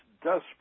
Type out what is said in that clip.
desperate